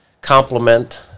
complement